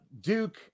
Duke